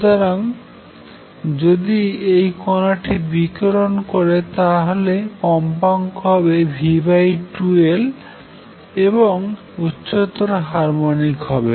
সুতরাং যদি এই কনাটি বিকিরন করে তাহলে কম্পাঙ্ক v2L হবে এবং উচ্চতর হারমনিক হবে